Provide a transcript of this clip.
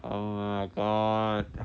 oh my god